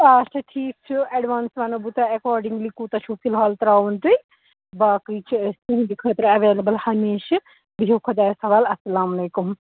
اچھا ٹھیٖک چھُ ایٚڈوانٕس وَنہو بہٕ تۄہہِ ایٚکاڈنٛگلی کوٗتاہ چھُو فِلحال تراوُن تۄہہِ باقٕے چھِ أسۍ تُہٕنٛدِ خٲطرٕ ایولیبُل ہمیشہ بِہیِو خۄدایَس حوال اَلسلامُ علیکُم